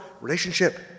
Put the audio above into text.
relationship